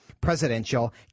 presidential